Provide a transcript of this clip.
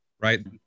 right